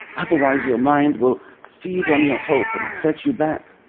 otherwise, your mind will feed on your hope and set you back.